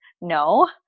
No